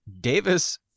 Davis